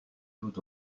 tout